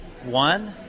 One